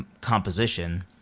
composition